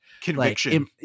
conviction